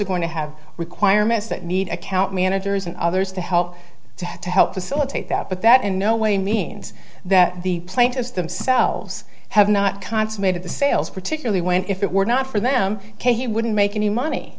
are going to have requirements that meet account managers and others to help to to help facilitate that but that in no way means that the plaintiffs themselves have not consummated the sales particularly when if it were not for them he wouldn't make any money